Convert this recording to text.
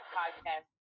podcast